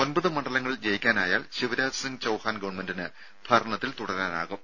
ഒമ്പത് മണ്ഡലങ്ങൾ ജയിക്കാനായാൽ ശിവരാജ് സിംഗ് ചൌഹാൻ ഗവൺമെന്റിന് ഭരണത്തിൽ തുടരാനാകും